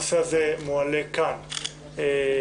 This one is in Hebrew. הנושא הזה מועלה כאן להצבעה.